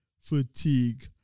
fatigue